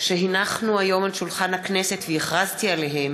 שהנחנו היום על שולחן הכנסת והכרזתי עליהן,